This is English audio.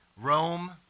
Rome